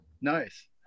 Nice